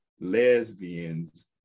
lesbians